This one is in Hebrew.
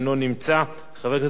חבר הכנסת מסעוד גנאים, בבקשה,